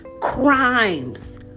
crimes